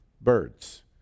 birds